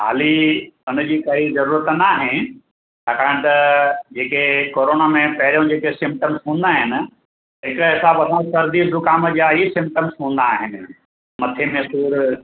हाली उनजी काई ज़रूरत न आहे छाकाणि त जेके कोरोना में पहिरियों जेके सिमटम्स हूंदा आहिनि हिक हिसाब सां सर्दी ज़ुकाम जा ई सिमटम्स हूंदा आहिनि मथे में सूर हा